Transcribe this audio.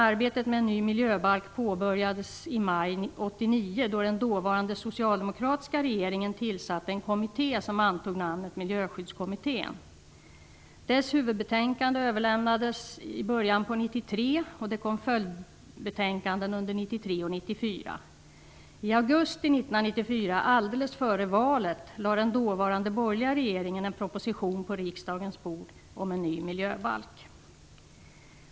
Arbetet med en ny miljöbalk påbörjades i maj 1989, då den dåvarande socialdemokratiska regeringen tillsatte en kommitté som antog namnet Miljöskyddskommittén. Dess huvudbetänkande överlämnades i början av 1993, och följdbetänkanden kom 1993 och 1994. I augusti 1994, alldeles före valet, lade den dåvarande borgerliga regeringen en proposition på riksdagens bord om en ny miljöbalk.